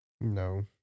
No